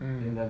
mm